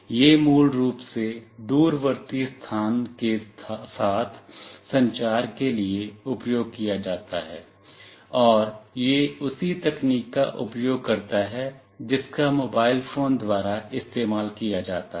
यह मूल रूप से दूरवर्ती स्थान के साथ संचार के लिए उपयोग किया जाता है और यह उसी तकनीक का उपयोग करता है जिसका मोबाइल फोन द्वारा इस्तेमाल किया जाता है